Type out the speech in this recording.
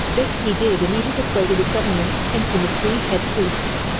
this he did, and even persuaded his government to pension the three head priests.